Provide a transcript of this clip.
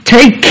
Take